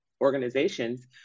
organizations